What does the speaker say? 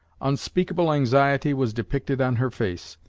unspeakable anxiety was depicted on her face.